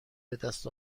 بدست